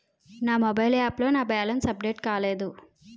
నా mobile app లో నా బ్యాలెన్స్ అప్డేట్ కాలేదు